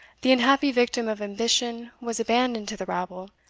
the unhappy victim of ambition was abandoned to the rabble,